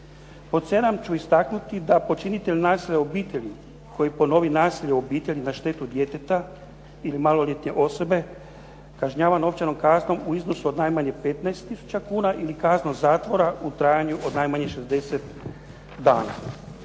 Pod sedam ću istaknuti da počinitelj nasilja u obitelji koji ponovi nasilje u obitelji na štetu djeteta ili maloljetne osobe kažnjava novčanom kaznom u iznosu od najmanje 15000 kuna ili kaznom zatvora u trajanju od najmanje 60 dana.